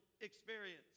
experience